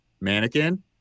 mannequin